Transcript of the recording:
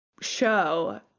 show